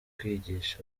kwigisha